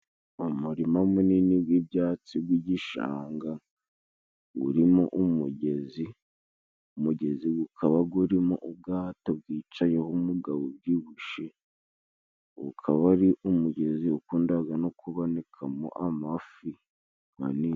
Umurima munini gwi'byatsi bw'igishanga gurimo umugezi ,umugezi gukaba gurimo ubwato bwicayeho umugabo ubyibushe, ukaba ari umugezi ukundaga no kubonekamo amafi manini.